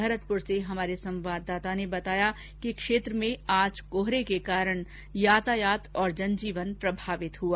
भरतपुर से हमारे संवाददाता ने बताया कि क्षेत्र में आज कोहरे के कारण यातायात तथा जनजीवन प्रभावित हुआ